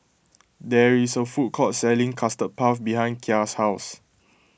there is a food court selling Custard Puff behind Kya's house